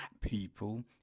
people